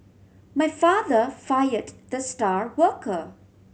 my father fired the star worker